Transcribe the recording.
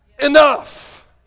enough